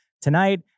tonight